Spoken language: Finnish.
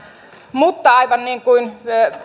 mutta aivan niin kuin